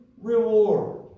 reward